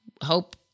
hope